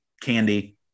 candy